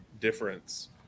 difference